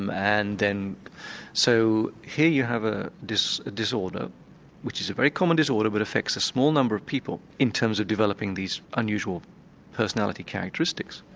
um and so here you have ah this disorder which is a very common disorder but affects a small number of people in terms of developing these unusual personality characteristics.